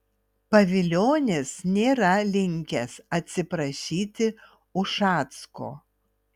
pavilionis nėra linkęs atsiprašyti ušacko